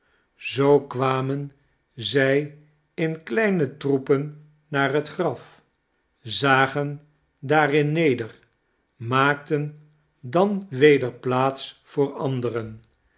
zoo kwamen zij in kleine troepen naar het graf zagen daarin neder maakten dan weder plaats voor ander